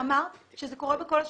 שאמרת שזה קורה בכל השב"נים,